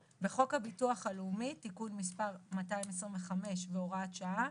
4. בחוק הביטוח הלאומי (תיקון מס' 225 והוראת שעה),